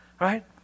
right